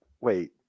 wait